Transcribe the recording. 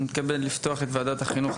אני מתכבד לפתוח את ישיבת ועדת החינוך,